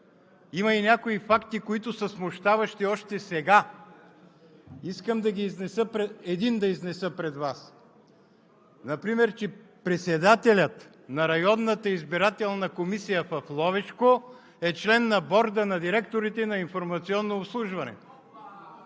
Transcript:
Име и някои факти, които са смущаващи още сега. Искам един да изнеса пред Вас. Например, че председателят на Районната избирателна комисия в Ловешко е член на Борда на директорите на „Информационно обслужване“…